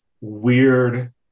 weird